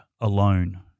alone